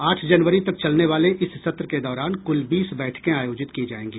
आठ जनवरी तक चलने वाले इस सत्र के दौरान कुल बीस बैठकें आयोजित की जायेंगी